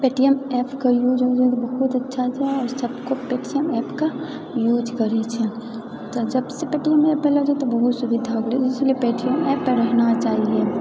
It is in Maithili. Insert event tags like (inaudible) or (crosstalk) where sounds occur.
पेटीएम ऍपके यूज (unintelligible) बहुत अच्छा छै सबकोइ पेटीएम ऍपके यूज करैत छै तऽ जब सब पेटीएमे ऍप (unintelligible) तऽ बहुत सुविधा हो गेले ईसीलिए पेटीएम ऍप पर रहना चाहिए